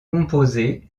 composés